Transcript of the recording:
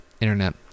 internet